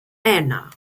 anna